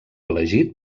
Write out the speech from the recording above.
elegit